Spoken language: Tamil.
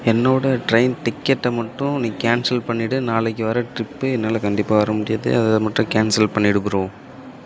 என்னோடய ட்ரெயின் டிக்கெட்டை மட்டும் நீ கேன்சல் பண்ணிடு நாளைக்கு வர ட்ரிப்பு என்னால் கண்டிப்பாக வர முடியாது அதை மட்டும் கேன்சல் பண்ணிடு ப்ரோ